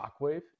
Shockwave